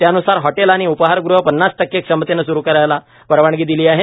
त्यान्सार हॉटेल आणि उपाहारगृहं पन्नास टक्के क्षमतेनं स्रु करायला परवानगी दिली आहे